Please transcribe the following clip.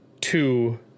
two